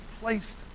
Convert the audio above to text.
placed